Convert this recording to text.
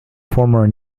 former